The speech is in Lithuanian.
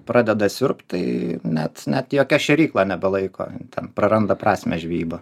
pradeda siurbt tai net net jokia šėrykla nebelaiko ten praranda prasmę žvejyba